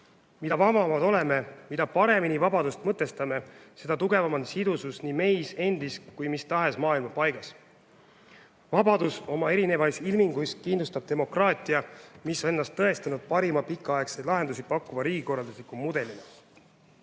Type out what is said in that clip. Mida vabamad oleme, mida paremini vabadust mõtestame, seda tugevam on sidusus nii meis endis kui ka mis tahes maailma paigas. Vabadus oma erinevais ilminguis kindlustab demokraatia, mis on ennast tõestanud parima pikaaegseid lahendusi pakkuva riigikorraldusliku mudelina.